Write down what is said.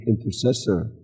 intercessor